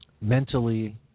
mentally